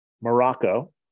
Morocco